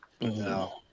No